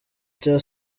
cya